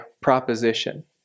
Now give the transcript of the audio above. proposition